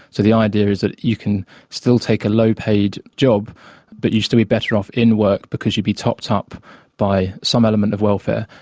so the idea is that you can still take a low paid job but you'd still be better off in work because you would be topped up by some element of welfare,